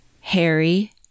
Harry